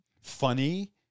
Funny